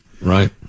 Right